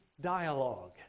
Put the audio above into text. dialogue